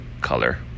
color